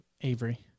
Avery